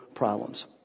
problems